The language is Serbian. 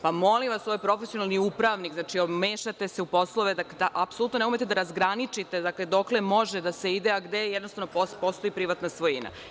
Pa, molim vas ovo je profesionalni upravnik, znači mešate se u poslove, da apsolutno ne umete da razgraničite dokle može da se ide, a gde jednostavno postoji privatna svojina.